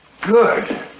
Good